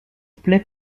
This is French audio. plaît